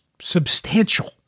substantial